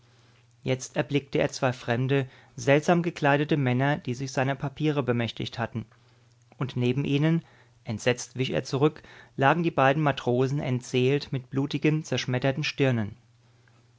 jetzt erblickte er zwei fremde seltsam gekleidete männer die sich seiner papiere bemächtigt hatten und neben ihnen entsetzt wich er zurück lagen die beiden matrosen entseelt mit blutigen zerschmetterten stirnen